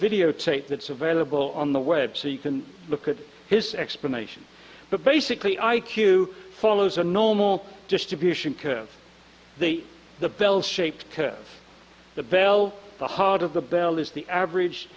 videotape that's available on the web so you can look at his explanation but basically i q follows a normal distribution curve they the bell shaped curve the bell the heart of the bell is the average